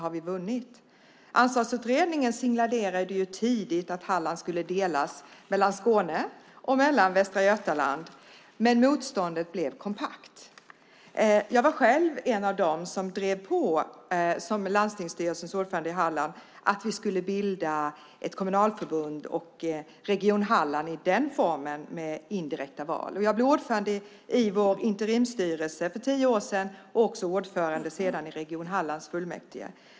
Ansvarsutredningen signalerade tidigt att Halland skulle delas mellan Skåne och Västra Götaland, men motståndet blev kompakt. Som landstingsstyrelsens ordförande i Halland var jag själv en av dem som drev på att vi skulle bilda ett kommunalförbund och Region Halland i den formen med indirekta val. Jag blev ordförande i vår interimsstyrelse för tio år sedan och senare också ordförande i Region Hallands fullmäktige.